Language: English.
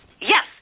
Yes